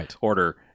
order